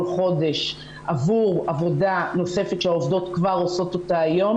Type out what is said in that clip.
חודש עבור עבודה נוספת שהעובדות כבר עושות אותה היום,